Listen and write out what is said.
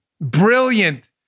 Brilliant